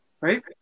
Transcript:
right